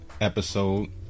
episode